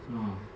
uh